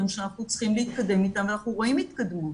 שאנחנו צריכים להתקדם איתם ואנחנו רואים התקדמות.